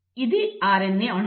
ఇది RNA అణువు